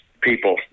people